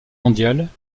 mondiale